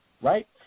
Right